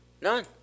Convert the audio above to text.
None